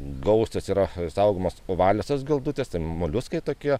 gausios yra saugomos ovaliosios geldutės moliuskai tokie